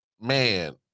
Man